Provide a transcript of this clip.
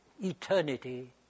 eternity